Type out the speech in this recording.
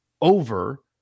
over